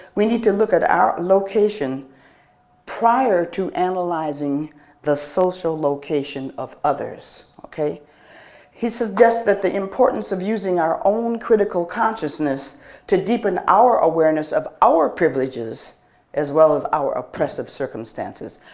we need to look at our location prior to analyzing the social location of others. he suggests that the importance of using our own critical consciousness to deepen our awareness of our privileges as well as our oppressive circumstances.